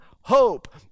hope